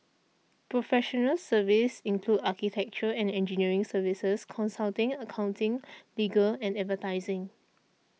professional services include architecture and engineering services consulting accounting legal and advertising